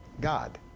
God